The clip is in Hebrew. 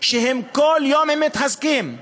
שכל יום מתחזקים,